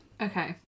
Okay